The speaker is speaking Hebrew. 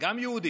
גם יהודי